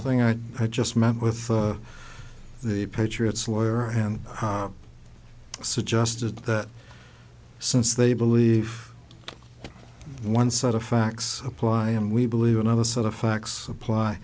thing i had just met with the patriots lawyer and suggested that since they believe one set of facts apply and we believe another set of facts apply